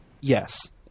Yes